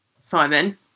Simon